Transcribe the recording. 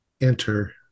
enter